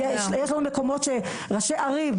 ויש לנו מקומות שראשי ערים,